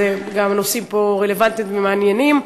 גם הנושאים פה רלוונטיים ומעניינים.